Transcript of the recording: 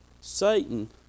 Satan